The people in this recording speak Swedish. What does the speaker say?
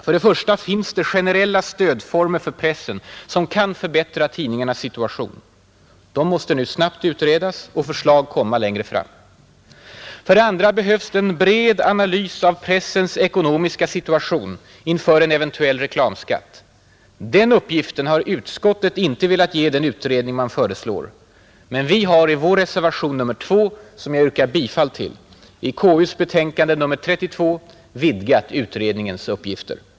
För det första finns det generella stödformer för pressen som kan förbättra tidningarnas situation. De måste nu snabbt utredas och förslag komma längre fram. För det andra behövs det en bred analys av pressens ekonomiska situation inför en eventuell reklamskatt. Den uppgiften har utskottet inte velat ge den utredning man föreslår. Men vi har i vår reservation nr 2, som jag yrkar bifall till, i KU:s betänkande nr 32 vidgat utredningens uppgifter.